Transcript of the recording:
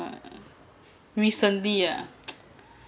recently ah